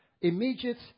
immediate